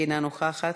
אינה נוכחת,